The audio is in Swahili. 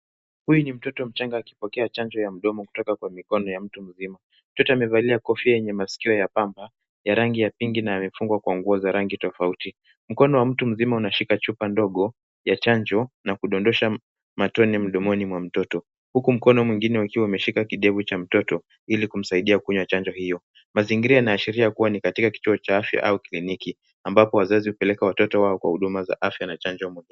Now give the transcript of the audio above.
Huyu ni mtoto mchanga akipokea chanjo ya mdomo kutoka kwa mkono ya mtu mzima. Mtoto amevalia kofia yenye masikio ya pamba, ya rangi ya pinki, na amefungwa kwa nguo za rangi tofauti. Mkono wa mtu mzima unashika chupa ndogo ya chanjo na kudondosha matone mdomoni mwa mtoto. Huku mkono mwingine ukiwa umeshika kidevu cha mtoto ili kumsaidia kunywa chanjo hiyo. Mazingira yanaashiria kuwa ni katika kituo cha afya au kliniki, ambapo wazazi hupeleka watoto wao kwa huduma za afya na chanjo ya mdomo.